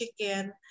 chicken